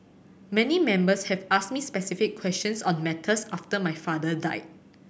many Members have asked me specific questions on matters after my father died